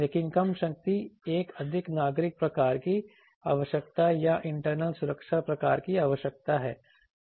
लेकिन कम शक्ति एक अधिक नागरिक प्रकार की आवश्यकता या इंटरनल सुरक्षा प्रकार की आवश्यकता है